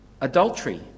adultery